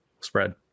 spread